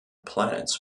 planets